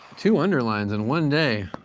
two underlines in one day.